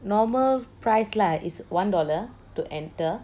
normal price lah it's one dollar to enter